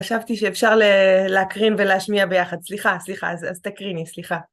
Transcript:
חשבתי שאפשר להקרין ולהשמיע ביחד, סליחה, סליחה, אז תקריני, סליחה.